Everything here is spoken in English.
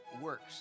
works